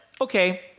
okay